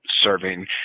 serving